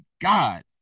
God